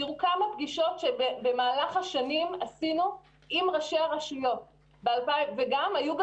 תראו כמה פגישות במהלך השנים עשינו עם ראשי הרשויות והיו גם